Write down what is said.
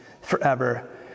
forever